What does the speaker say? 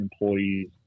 employees